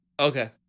Okay